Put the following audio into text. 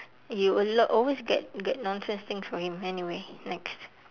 you a lot always get get nonsense things for him anyway next